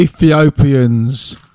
Ethiopians